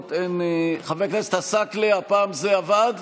נגד, חבר הכנסת עסאקלה, הפעם זה עבד?